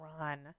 run